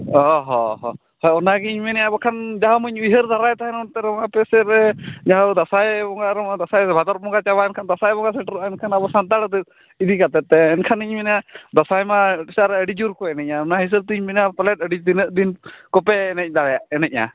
ᱚᱼᱦᱚᱼᱦᱚ ᱦᱮᱸ ᱚᱱᱟᱜᱮᱧ ᱢᱮᱱᱮᱫᱼᱟ ᱵᱟᱠᱷᱟᱱ ᱡᱟᱦᱟᱸᱢᱟᱧ ᱩᱭᱦᱟᱹᱨ ᱫᱟᱨᱟᱭᱮᱫ ᱛᱟᱦᱮᱱ ᱚᱱᱛᱮᱨᱮ ᱟᱯᱮᱥᱮᱫᱨᱮ ᱡᱟᱦᱟᱸ ᱫᱚ ᱫᱟᱸᱥᱟᱭ ᱵᱚᱸᱜᱟ ᱨᱮᱢᱟ ᱫᱟᱥᱟᱸᱭ ᱵᱷᱟᱫᱚᱨ ᱵᱚᱸᱜᱟ ᱪᱟᱵᱟᱭᱮᱱ ᱠᱷᱟᱱ ᱫᱟᱥᱟᱸᱭ ᱵᱚᱸᱜᱟ ᱥᱮᱴᱮᱨ ᱞᱮᱱᱠᱷᱟᱱ ᱟᱵᱚ ᱥᱟᱱᱛᱟᱲ ᱤᱫᱤ ᱠᱟᱛᱮᱫᱛᱮ ᱮᱱᱠᱷᱟᱱ ᱤᱧᱤᱧ ᱢᱮᱱᱮᱫᱼᱟ ᱫᱟᱸᱥᱟᱭ ᱢᱟ ᱟᱞᱮᱥᱮᱫ ᱨᱮ ᱟᱹᱰᱤᱡᱳᱨᱠᱚ ᱮᱱᱮᱡᱟ ᱚᱱᱟ ᱦᱤᱥᱟᱹᱵᱽᱛᱮᱧ ᱢᱮᱱᱮᱫᱼᱟ ᱯᱟᱞᱮᱥᱮᱫ ᱟᱹᱰᱤ ᱛᱤᱱᱟᱹᱜ ᱫᱤᱱ ᱠᱚᱯᱮ ᱮᱱᱮᱡ ᱮᱱᱮᱡᱼᱟ